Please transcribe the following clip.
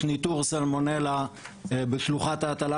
יש ניטור סלמונלה בשלוחת ההטלה.